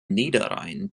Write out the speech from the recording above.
niederrhein